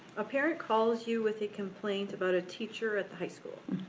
a parent calls you with a complaint about a teacher at the high school.